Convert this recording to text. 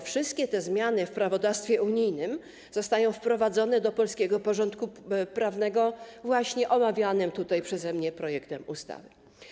Wszystkie te zmiany w prawodawstwie unijnym zostają wprowadzone do polskiego porządku prawnego właśnie omawianym tutaj przeze mnie projektem ustawy.